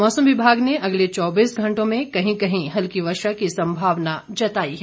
मौसम विभाग ने अगले चौबीस घंटों में कहीं कहीं हल्की वर्षा की संभावना जताई है